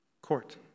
court